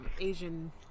Asian